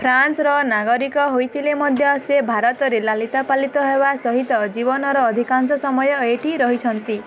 ଫ୍ରାନ୍ସର ନାଗରିକ ହେଇଥିଲେ ମଧ୍ୟ ସେ ଭାରତରେ ଲାଳିତପାଳିତ ହେବା ସହିତ ଜୀବନର ଅଧିକାଂଶ ସମୟ ଏଇଠି ରହିଛନ୍ତି